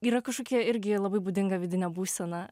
yra kažkokia irgi labai būdinga vidinė būsena